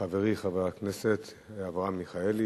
חברי חבר הכנסת אברהם מיכאלי,